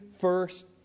first